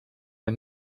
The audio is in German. der